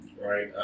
right